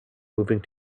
moving